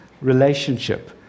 relationship